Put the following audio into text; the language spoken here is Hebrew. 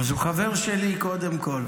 אז הוא חבר שלי קודם כול.